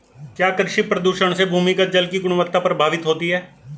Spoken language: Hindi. क्या कृषि प्रदूषण से भूमिगत जल की गुणवत्ता प्रभावित होती है?